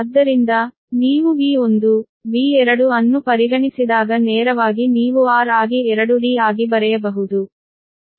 ಆದ್ದರಿಂದ ನೀವು V1 V2 ಅನ್ನು ಪರಿಗಣಿಸಿದಾಗ ನೇರವಾಗಿ ನೀವು r ಆಗಿ 2 d ಆಗಿ ಬರೆಯಬಹುದು